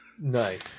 Nice